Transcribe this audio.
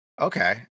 Okay